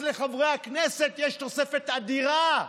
קרעי,